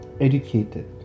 educated